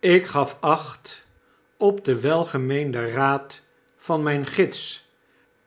ik gaf acht op den welgemeenden raad van mijn gids